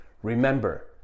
Remember